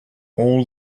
all